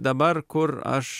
dabar kur aš